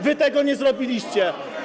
Wy tego nie zrobiliście.